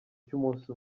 cy’umunsi